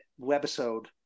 webisode